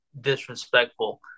disrespectful